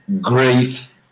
grief